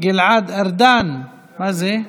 גלעד ארדן, מה זה?